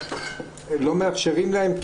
לא מאפשרים להם?